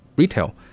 Retail